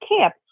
camp